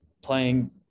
playing